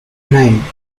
nine